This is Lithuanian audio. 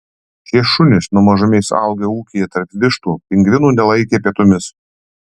šie šunys nuo mažumės augę ūkyje tarp vištų pingvinų nelaikė pietumis